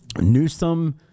Newsom